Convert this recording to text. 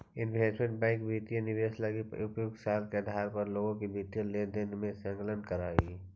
investment bank वित्तीय निवेश लगी उपयुक्त सलाह के आधार पर लोग के वित्तीय लेनदेन में संलग्न करऽ हइ